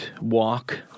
walk